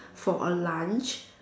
for a lunch